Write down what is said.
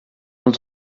els